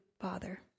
Father